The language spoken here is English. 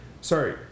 Sorry